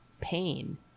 Pain